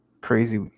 crazy